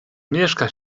mieszka